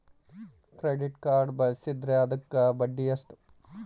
Credit card ಬಳಸಿದ್ರೇ ಅದಕ್ಕ ಬಡ್ಡಿ ಎಷ್ಟು?